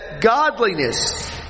godliness